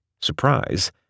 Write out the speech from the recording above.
surprise